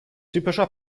typischer